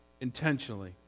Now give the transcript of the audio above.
intentionally